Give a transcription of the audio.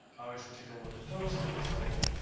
obviously take a look at those. it looks like.